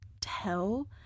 tell